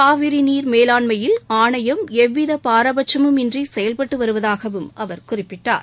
காவிரிநீர் மேலாண்மையில் ஆணையம் எவ்விதபாரபட்சமும் இன்றிசெயல்பட்டுவருவதாகவும் அவர் குறிப்பிட்டார்